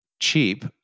cheap